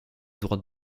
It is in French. droite